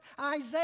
Isaiah